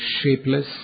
shapeless